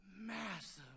massive